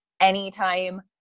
anytime